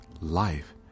life